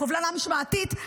קובלנה משמעתית,